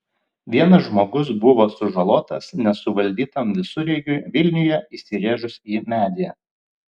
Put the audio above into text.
vienas žmogus buvo sužalotas nesuvaldytam visureigiui vilniuje įsirėžus į medį